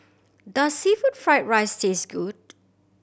does seafood fried rice taste good